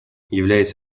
являясь